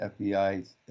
FBI